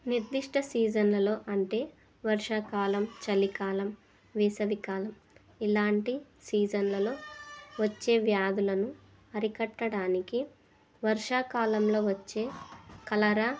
నిర్దిష్ట సీజన్లలో అంటే వర్షాకాలం చలికాలం వేసవికాలం ఇలాంటి సీజన్లలో వచ్చే వ్యాధులను అరికట్టడానికి వర్షాకాలంలో వచ్చే కలరా